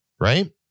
right